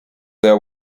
there